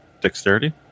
Dexterity